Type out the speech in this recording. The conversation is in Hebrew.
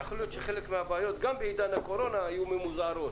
יכול להיות שחלק מהבעיות גם בעידן הקורונה היו ממוזערות.